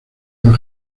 del